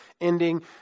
ending